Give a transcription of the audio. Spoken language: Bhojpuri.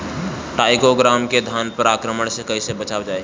टाइक्रोग्रामा के धान पर आक्रमण से कैसे बचाया जाए?